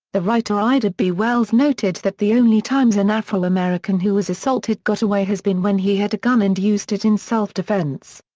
the writer ida b. wells noted that the only times an afro-american who was assaulted got away has been when he had a gun and used it in self-defense.